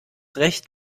recht